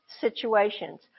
situations